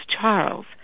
Charles